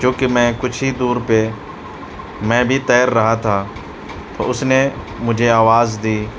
جو کہ میں کچھ ہی دور پہ میں بھی تیر رہا تھا تو اس نے مجھے آواز دی